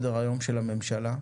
בסדר היום של הממשלה.